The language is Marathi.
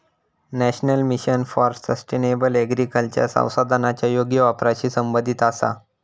national mission for sustainable agriculture संसाधनांच्या योग्य वापराशी संबंधित आसा